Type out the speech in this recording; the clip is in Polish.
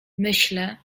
myślę